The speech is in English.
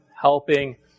Helping